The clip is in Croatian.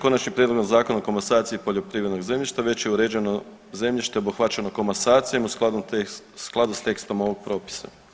Konačnim prijedlogom Zakona o komasaciji poljoprivrednog zemljišta već je uređeno zemljište obuhvaćeno s komasacijom u skladu s tekstom ovog propisa.